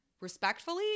Respectfully